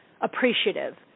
appreciative